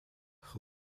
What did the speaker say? who